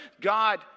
God